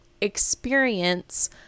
Experience